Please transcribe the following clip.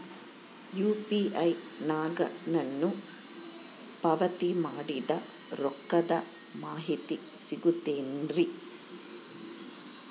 UPI ನಾಗ ನಾನು ಪಾವತಿ ಮಾಡಿದ ರೊಕ್ಕದ ಮಾಹಿತಿ ಸಿಗುತೈತೇನ್ರಿ?